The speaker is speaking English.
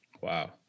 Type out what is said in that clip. Wow